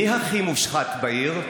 מי הכי מושחת בעיר?